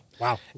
Wow